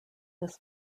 this